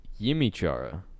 Yimichara